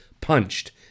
punched